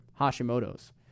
Hashimoto's